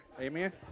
Amen